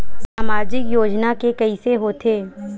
सामाजिक योजना के कइसे होथे?